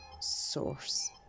Source